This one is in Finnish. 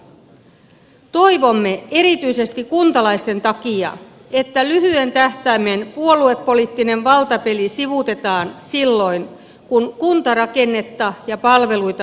toivomme erityisesti kuntalaisten takia että lyhyen tähtäimen puoluepoliittinen valtapeli sivuutetaan silloin kun kuntarakennetta ja palveluita uudistetaan